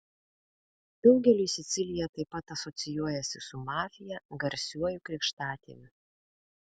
daugeliui sicilija taip pat asocijuojasi su mafija garsiuoju krikštatėviu